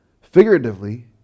Figuratively